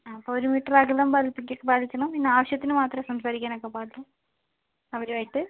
ആ അപ്പോഴൊരു മീറ്ററ് അകലം പാലിക്കുക പാലിക്കണം പിന്ന ആവശ്യത്തിന് മാത്രമേ സംസാരിക്കാനൊക്കെ പാടുള്ളൂ അവരുമായിട്ട്